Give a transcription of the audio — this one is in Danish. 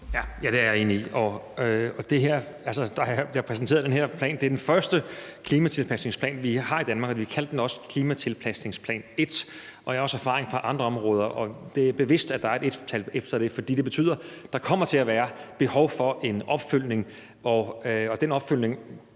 Ja, det er jeg enig i. Nu har jeg præsenteret den her plan, og det er den første klimatilpasningsplan, vi har i Danmark. Vi har jo også kaldt den klimatilpasningsplan 1, og det er bevidst – jeg har også erfaringer fra andre områder – at der er et ettal efter den, for det betyder, at der kommer til at være behov for en opfølgning, og i forhold